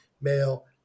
male